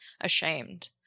ashamed